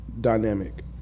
dynamic